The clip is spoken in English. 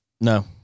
No